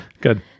good